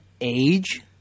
age